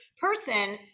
person